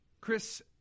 chris